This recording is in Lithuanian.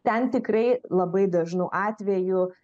ten tikrai labai dažnu atveju